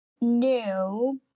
No